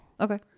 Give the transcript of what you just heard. Okay